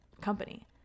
company